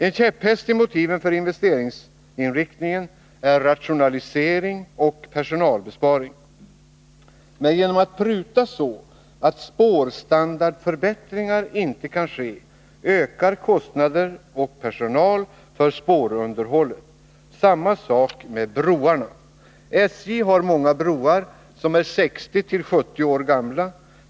En käpphäst i motiven för investeringsinriktningen är rationalisering och personalbesparing. Men genom att man prutar så att spårstandardförbättringar inte kan företas ökar kostnader och personal för spårunderhållet. Samma sak är det med broarna. SJ har många broar som är 60-70 år gamla.